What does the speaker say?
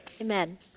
Amen